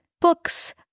books